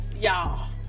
y'all